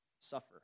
suffer